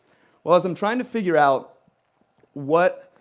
well, as i'm trying to figure out what